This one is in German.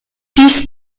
dies